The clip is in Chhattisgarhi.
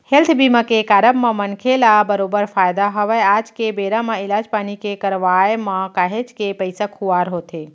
हेल्थ बीमा के कारब म मनखे ल बरोबर फायदा हवय आज के बेरा म इलाज पानी के करवाय म काहेच के पइसा खुवार होथे